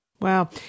Wow